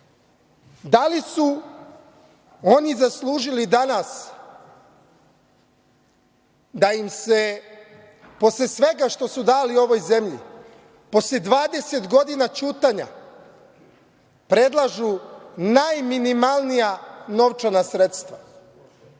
Da li su oni zaslužili danas da im se posle svega što su dali ovoj zemlji, posle 20 godina ćutanja, predlažu najminimalnija novčana sredstva? Ja